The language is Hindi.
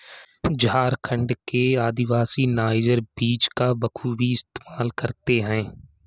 झारखंड के आदिवासी नाइजर बीज का बखूबी इस्तेमाल करते हैं